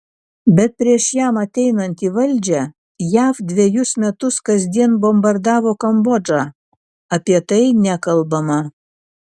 bet prieš jam ateinant į valdžią jav dvejus metus kasdien bombardavo kambodžą apie tai nekalbama